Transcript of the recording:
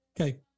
okay